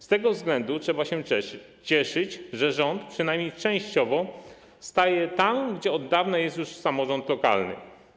Z tego względu trzeba się cieszyć, że rząd, przynajmniej częściowo, staje tam, gdzie od dawna jest już samorząd lokalny.